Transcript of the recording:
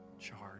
charge